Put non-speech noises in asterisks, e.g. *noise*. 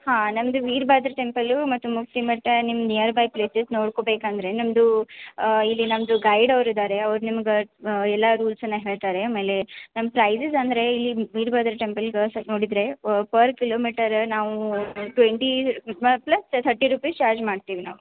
ಹಾಂ ನಮ್ಮದು ವೀರ್ಭದ್ರ ಟೆಂಪಲ್ಲು ಮತ್ತು ಮುಕ್ತಿ ಮಠ ನಿಮ್ಮ ನಿಯರ್ಬೈ ಪ್ಲೇಸಸ್ ನೋಡ್ಕೋಬೇಕು ಅಂದರೆ ನಮ್ಮದು ಇಲ್ಲಿ ನಮ್ಮದು ಗೈಡ್ ಅವ್ರು ಇದ್ದಾರೆ ಅವ್ರು ನಿಮ್ಗೆ ಎಲ್ಲ ರೂಲ್ಸನ್ನ ಹೇಳ್ತಾರೆ ಆಮೇಲೆ ನಮ್ಮ ಪ್ರೈಸಸ್ ಅಂದರೆ ಇಲ್ಲಿ ವೀರ್ಭದ್ರ ಟೆಂಪಲ್ಗೆ ಸರ್ ನೋಡಿದರೆ ಪರ್ ಕಿಲೋಮೀಟರ ನಾವು twenty *unintelligible* plus thirty rupees charge ಮಾಡ್ತೀವಿ ನಾವು